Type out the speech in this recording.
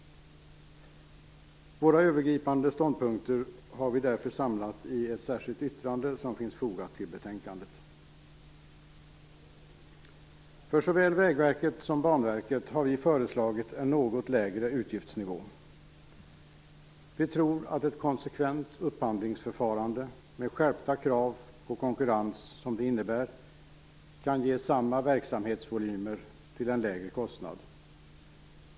Våra övergripande ståndpunkter har vi därför samlat i ett särskilt yttrande som finns fogat till betänkandet. För såväl Vägverket som Banverket har vi föreslagit en något lägre utgiftsnivå. Vi tror att ett konsekvent upphandlingsförfarande, med de skärpta krav på konkurrens som det innebär, kan ge samma verksamhetsvolymer till en lägre kostnad.